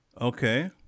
Okay